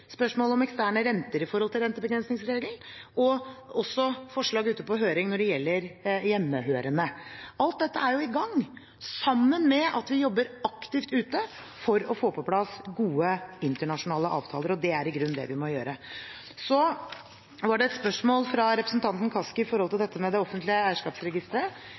om eksterne renter i forhold til rentebegrensningsregelen, og vi har også forslag ute på høring når det gjelder hjemmehørende. Alt dette er i gang, sammen med at vi jobber aktivt ute for å få på plass gode internasjonale avtaler. Det er i grunnen det vi må gjøre. Så var det et spørsmål fra representanten Kaski om det offentlige eierskapsregisteret. Det etterlyste jeg senest i